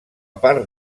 part